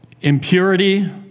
impurity